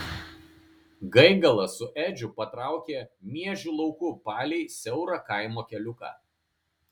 gaigalas su edžiu patraukė miežių lauku palei siaurą kaimo keliuką